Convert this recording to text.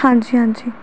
ਹਾਂਜੀ ਹਾਂਜੀ